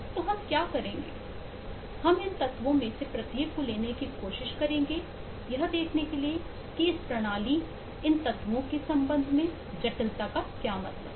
तो हम क्या करेंगे हम इन तत्वों में से प्रत्येक को लेने की कोशिश करेंगे यह देखने के लिए कि इस प्रणाली इन तत्वों के संबंध में जटिलता का क्या मतलब है